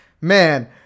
man